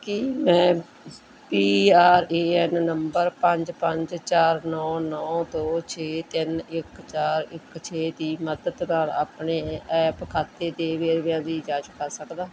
ਕੀ ਮੈਂ P R A N number ਪੰਜ ਪੰਜ ਚਾਰ ਨੌਂ ਨੌਂ ਦੋ ਛੇ ਤਿੰਨ ਇੱਕ ਚਾਰ ਇੱਕ ਛੇ ਦੀ ਮਦਦ ਨਾਲ ਆਪਣੇ ਐਪ ਖਾਤੇ ਦੇ ਵੇਰਵਿਆਂ ਦੀ ਜਾਂਚ ਕਰ ਸਕਦਾ ਹਾਂ